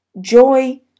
joy